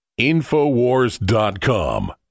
Infowars.com